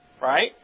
Right